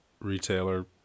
retailer